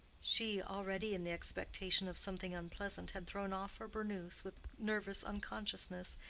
she, already in the expectation of something unpleasant, had thrown off her burnous with nervous unconsciousness,